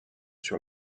sur